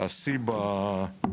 תקופת שיא של הוועדה.